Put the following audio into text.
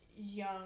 young